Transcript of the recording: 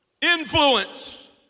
Influence